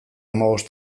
hamabost